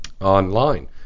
online